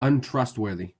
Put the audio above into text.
untrustworthy